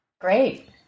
Great